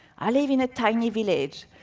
i live in a tiny village,